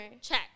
Check